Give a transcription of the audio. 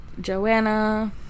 Joanna